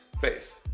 Face